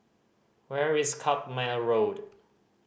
where is Carpmael Road